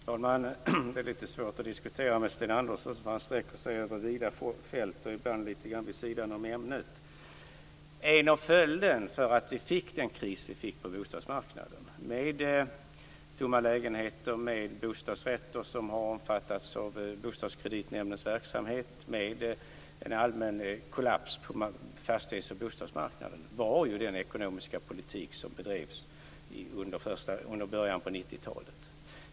Fru talman! Det är lite svårt att diskutera med Sten Andersson. Han sträcker sig över vida fält och ibland lite vid sidan av ämnet. En av orsakerna till att vi fick den kris som vi fick på bostadsmarknaden med tomma lägenheter, med bostadsrätter som har omfattats av bostadskreditnämndens verksamhet samt med en allmän kollaps på fastighets och bostadsmarknaden var den ekonomiska politik som bedrevs under början av 90-talet.